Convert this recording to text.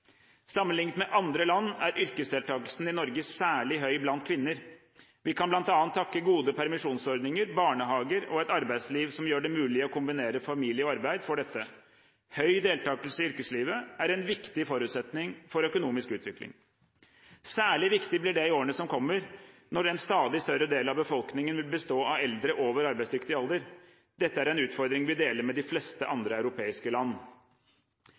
med andre land er yrkesdeltakelsen i Norge særlig høy blant kvinner. Vi kan bl.a. takke gode permisjonsordninger, barnehager og et arbeidsliv som gjør det mulig å kombinere familie og arbeid, for dette. Høy deltakelse i yrkeslivet er en viktig forutsetning for økonomisk utvikling. Særlig viktig blir det i årene som kommer, når en stadig større del av befolkningen vil bestå av eldre over arbeidsdyktig alder. Dette er en utfordring vi deler med de fleste andre europeiske land.